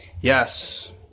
Yes